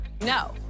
no